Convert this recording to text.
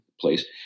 place